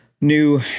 new